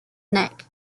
neck